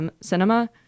Cinema